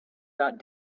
that